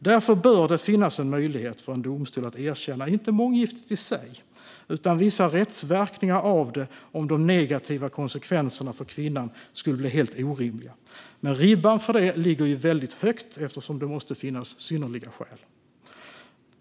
Därför bör det finnas möjlighet för en domstol att erkänna inte månggiftet i sig utan vissa rättsverkningar av det om de negativa konsekvenserna för kvinnan skulle bli helt orimliga. Men ribban för detta ligger väldigt högt eftersom det måste finnas synnerliga skäl.